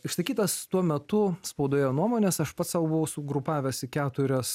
išsakytas tuo metu spaudoje nuomones aš pats sau buvau sugrupavęs į keturias